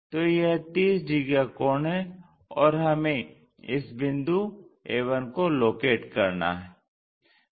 तो यह 30 डिग्री का कोण है और हमें इस बिंदु a1 को लोकेट करना है